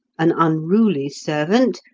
an unruly servant,